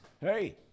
Hey